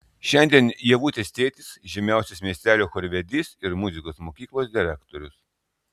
šiandien ievutės tėtis žymiausias miestelio chorvedys ir muzikos mokyklos direktorius